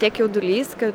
tiek jaudulys kad